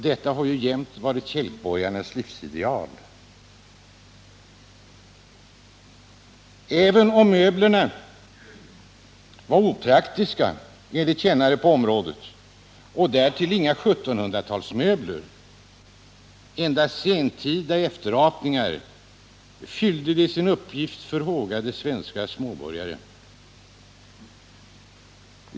Detta har alltid varit kälkborgarnas livsideal. Även om möblerna enligt kännare på området var opraktiska och därtill självfallet inte gjorda på 1700-talet utan endast sentida efterapningar, fyllde de sin uppgift för hågade svenska småborgare.